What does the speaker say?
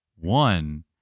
One